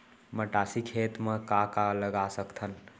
मटासी खेत म का का लगा सकथन?